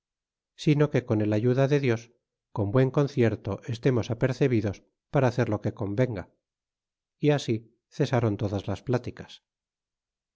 sino que con el ayuda de dios con buen concierto estemos apercebidos para hacer lo que convenga y así cesron todas las pláticas